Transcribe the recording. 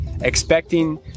expecting